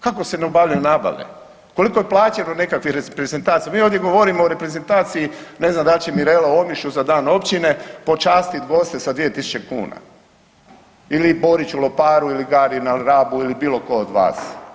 Kako se ne obavljaju nabave, koliko je plaćeno nekakvi reprezentacija, mi ovdje govorimo o reprezentaciji, ne znam da li će Mirela u Omišlju za dan općine počastiti goste sa 2 tisuće kuna ili Borić u Loparu ili Gari na Rabu ili bilo tko od vas?